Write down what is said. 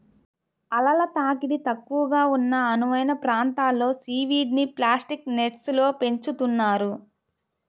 అలల తాకిడి తక్కువగా ఉన్న అనువైన ప్రాంతంలో సీవీడ్ని ప్లాస్టిక్ నెట్స్లో పెంచుతున్నారు